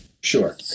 Sure